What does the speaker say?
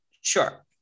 Sure